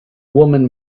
woman